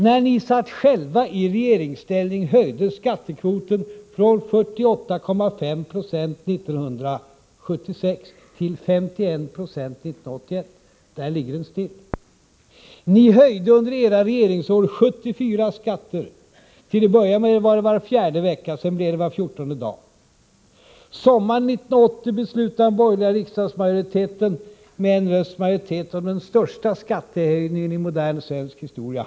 När ni själva satt i regeringsställning höjdes skattekvoten från 48,5 Jo 1976 till 51 20 1981. Där ligger den still. Ni höjde under era regeringsår 74 skatter. Till att börja med skedde det var fjärde vecka, sedan blev det var fjortonde dag. Sommaren 1980 beslutade den borgerliga riksdagsmajoriteten med en rösts övervikt om den största skattehöjningen i modern svensk historia.